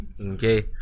Okay